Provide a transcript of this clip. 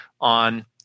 on